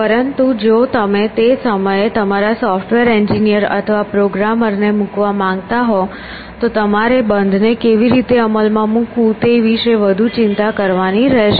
પરંતુ જો તમે તે સમયે તમારા સોફ્ટવેર એન્જિનિયર અથવા પ્રોગ્રામર ને મૂકવા માંગતા હો તો તમારે બંધને કેવી રીતે અમલમાં મૂકવું તે વિશે વધુ ચિંતા કરવાની રહેશે